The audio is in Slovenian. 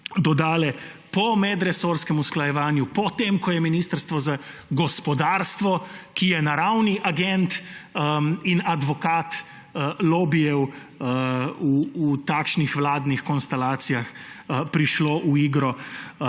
dodale po medresorskem usklajevanju, potem ko je Ministrstvo za gospodarstvo, ki je naravni agent in advokat lobijev v takšnih vladnih konstalacijah prišlo v igro,